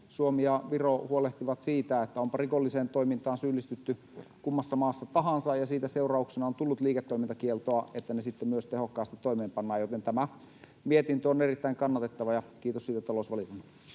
Suomi ja Viro huolehtivat siitä, että onpa rikolliseen toimintaan syyllistytty kummassa maassa tahansa ja siitä seurauksena on tullut liiketoimintakielto, että ne sitten myös tehokkaasti toimeenpannaan. Tämä mietintö on erittäin kannatettava, ja kiitos siitä talousvaliokunnalle.